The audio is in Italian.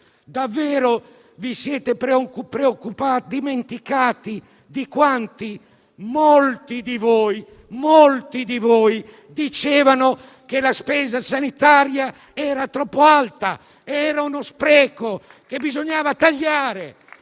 Davvero vi siete dimenticati di quanti - tra cui molti di voi - dicevano che la spesa sanitaria era troppo alta, era uno spreco e che bisognava tagliarla?